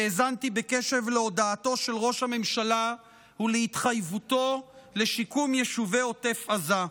הקשבתי בקשב להודעתו של ראש הממשלה ולהתחייבותו לשיקום יישובי עוטף עזה.